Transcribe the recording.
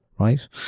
right